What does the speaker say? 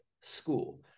school